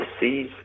seize